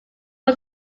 was